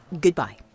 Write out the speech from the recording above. Goodbye